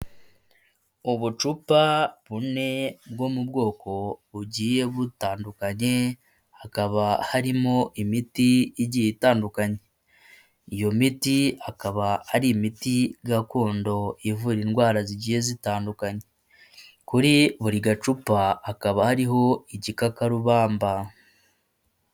Ubucupa bune bwo mu bwoko bugiye butandukanye, hakaba harimo imiti igiye itandukanye. Iyo miti akaba ari imiti gakondo ivura indwara zigiye zitandukanye. Kuri buri gacupa hakaba hariho igikakarubamba.